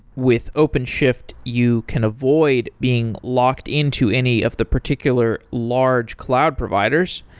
with openshift, you can avoid being locked into any of the particular large cloud providers.